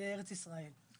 לארץ ישראל.